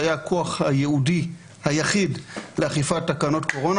שהיה הכוח הייעודי היחיד לאכיפת תקנות קורונה,